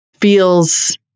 feels